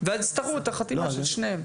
ואז יצטרכו את החתימה של שניהם.